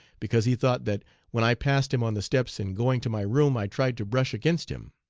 because he thought that when i passed him on the steps in going to my room i tried to brush against him.